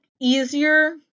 easier